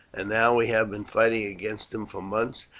and now we have been fighting against him for months,